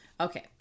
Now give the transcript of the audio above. Okay